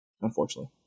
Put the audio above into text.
Unfortunately